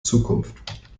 zukunft